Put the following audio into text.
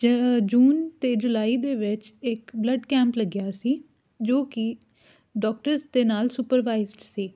ਜ ਜੂਨ ਅਤੇ ਜੁਲਾਈ ਵਿੱਚ ਇੱਕ ਬਲੱਡ ਕੈਂਪ ਲੱਗਿਆ ਸੀ ਜੋ ਕਿ ਡਾਕਟਰਸ ਦੇ ਨਾਲ ਸੁਪਰਵਾਈਜਡ ਸੀ